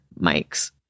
mics